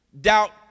doubt